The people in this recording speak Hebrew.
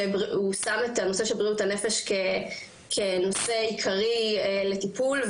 שהוא שם את בריאות הנפש כנושא עיקרי לטיפול,